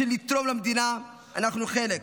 בשביל לתרום למדינה אנחנו חלק,